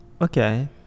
okay